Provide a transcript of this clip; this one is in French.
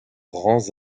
rangs